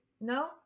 No